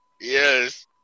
yes